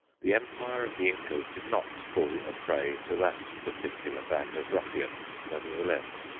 the empire of the incas did not fall a prey to that particular band of ruffians, nevertheless.